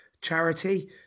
charity